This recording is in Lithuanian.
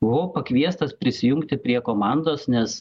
buvau pakviestas prisijungti prie komandos nes